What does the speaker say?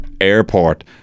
airport